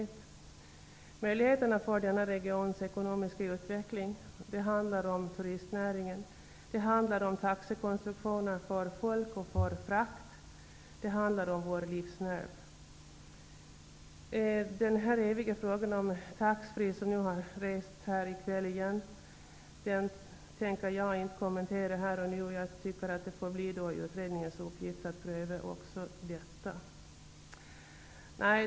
Det handlar om möjligheterna för denna regions ekonomiska utveckling, turistnäringen och taxekonstruktioner för folk och för frakt. Det handlar om vår livsnerv. Jag tänker inte här och nu kommentera den eviga frågan om tax free-försäljning, som har rests här i kväll igen. Det får bli utredningens uppgift att pröva även den frågan.